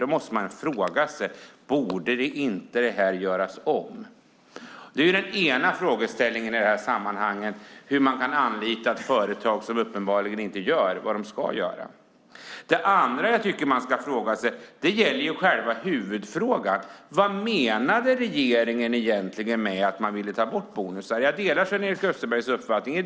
Då måste man fråga sig: Borde inte det här göras om? Det är den ena frågeställningen i det här sammanhanget - hur man kan anlita ett företag som uppenbarligen inte gör vad de ska göra. Det andra man ska fråga sig gäller själva huvudfrågan. Vad menade regeringen egentligen med att man ville ta bort bonusar? Jag delar Sven-Erik Österbergs uppfattning.